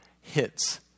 hits